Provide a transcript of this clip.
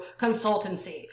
consultancy